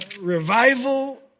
revival